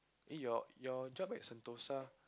eh your your job at Sentosa